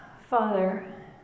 Father